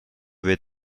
with